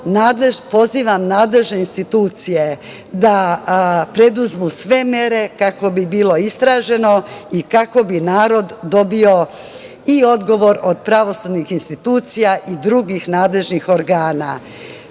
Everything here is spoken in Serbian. pozivam nadležne institucije da preduzmu sve mere kako bi bilo istraženo i kako bi narod dobio i odgovor od pravosudnih institucija i drugih nadležnih organa. Srpska